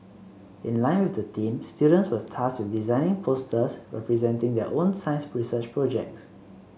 in line with the theme students were tasked with designing posters representing their own science research projects